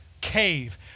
cave